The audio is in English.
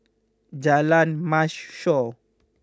Jalan Mashhor